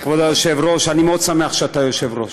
כבוד היושב-ראש, אני מאוד שמח שאתה היושב-ראש.